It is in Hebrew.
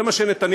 זה מה שנתניהו,